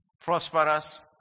prosperous